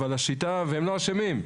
אין סיבה שהם ייצאו משם.